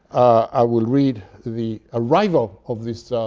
i will read the arrival of this